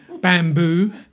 bamboo